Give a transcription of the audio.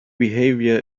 behavior